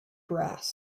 brass